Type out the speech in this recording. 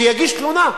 שיגיש תלונה,